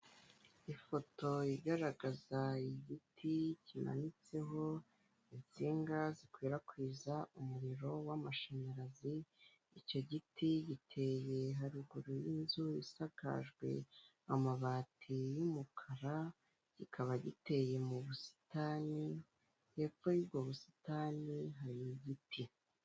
Ifoto igaragaza igiti kimanitseho insinga zikwirakwiza umuriro w'amashanyarazi, icyo giti giteye haruguru y'inzu isakajwe amabati y'umukara kikaba giteye mu busitani hepfo yubwo busitani hari igiti.